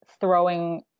throwing